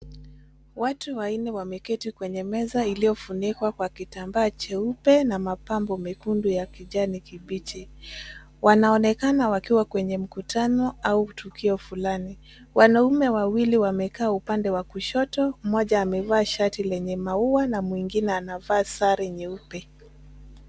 Watu wanne wameketi, kwenye meza iliyofunikwa kwa kitambaa cheupe, na mapambo mekundu ya kijani kibichi, wanaonekana wakiwa kwenye mtukano, au tukio fulani. Wanaume wawili wamekaa upande wa kushoto, mmoja amevaa shati lenye maua, na mwingine anavaa sare nyeupe.